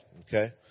Okay